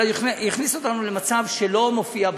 אבל הוא הכניס אותנו למצב שלא מופיע בחוק: